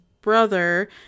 brother